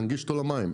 להנגיש אותו למים?